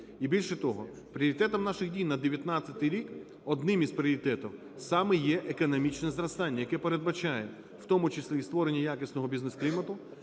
І, більше того, пріоритетом наших дій на 2019 рік, одним із пріоритетів, саме є економічне зростання, яке передбачає в тому числі створення якісного бізнес-клімату